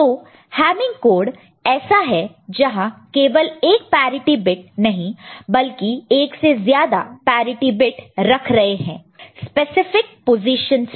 तो Hamming code ऐसा है जहां केवल 1पैरिटि बिट नहीं बल्कि 1 से ज्यादा पैरिटि बिट रख रहे हैं स्पेसिफिक पोजिशनस पर